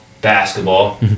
basketball